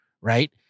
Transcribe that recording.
right